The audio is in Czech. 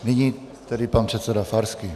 Nyní tedy pan předseda Farský.